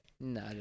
No